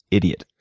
idiot,